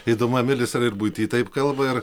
įdomu emilis ar ir buity taip kalba ar